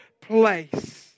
place